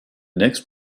next